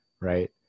right